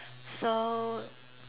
so